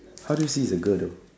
how do you see it's a girl though